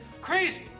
Crazy